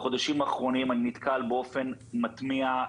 בחודשים האחרונים אני נתקל באופן מתמיה,